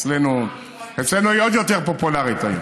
אצלנו היא עוד יותר פופולרית היום,